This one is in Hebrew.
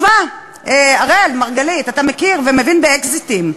שמע, אראל מרגלית, אתה מכיר ומבין באקזיטים,